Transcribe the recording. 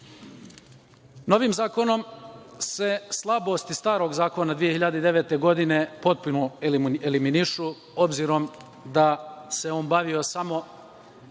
Novim zakonom se slabosti starog zakona 2009. godine potpuno eliminišu obzirom da se on bavio samo